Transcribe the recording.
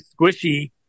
squishy